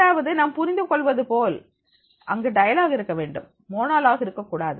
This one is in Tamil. அதாவது நாம் புரிந்து கொள்வது போல் அங்கு டயலாக் இருக்கவேண்டும் மோனோலாக் இருக்கக் கூடாது